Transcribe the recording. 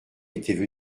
étaient